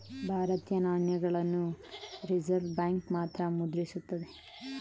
ಭಾರತೀಯ ನಾಣ್ಯಗಳನ್ನ Reserve Bank ಮಾತ್ರ ಮುದ್ರಿಸುತ್ತದೆ